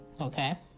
Okay